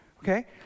Okay